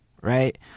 right